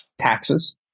taxes